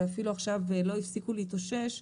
ואפילו עכשיו לא הספיקו להתאושש,